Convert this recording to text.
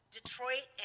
Detroit